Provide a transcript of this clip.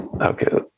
okay